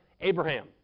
Abraham